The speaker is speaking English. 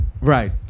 Right